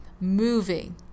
moving